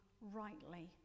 rightly